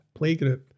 playgroup